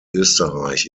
österreich